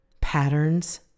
patterns